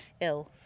ill